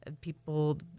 people